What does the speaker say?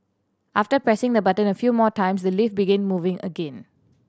after pressing the button a few more times the lift began moving again